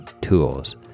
tools